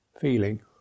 feeling